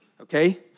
okay